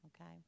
Okay